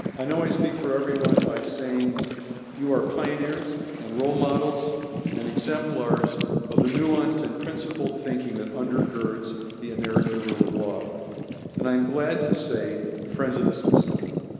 i know i speak for everyone by saying you are pioneers and role models and exemplars of the nuance and principled thinking that undergirds the american rule of law and i am glad to say, friends of the smithsonian.